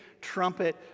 trumpet